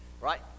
right